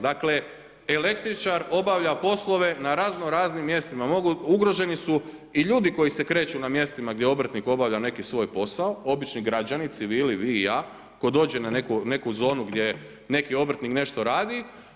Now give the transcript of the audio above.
Dakle, električar obavlja poslove na razno raznim mjestima, ugroženi su i ljudi koji se kreću gdje obrtnik obavlja neki svoj posao, obični građani, civili vi i ja, tko dođe na neku zonu gdje neki obrtnik nešto radi.